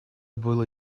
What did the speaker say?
было